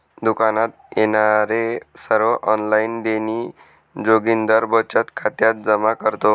दुकानात येणारे सर्व ऑनलाइन देणी जोगिंदर बचत खात्यात जमा करतो